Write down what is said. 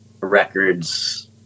records